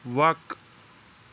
وق